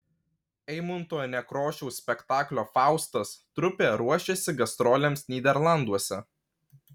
eimunto nekrošiaus spektaklio faustas trupė ruošiasi gastrolėms nyderlanduose